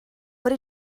what